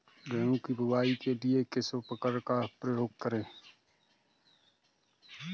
गेहूँ की बुवाई के लिए किस उपकरण का उपयोग करें?